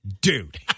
dude